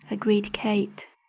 agreed kate.